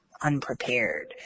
unprepared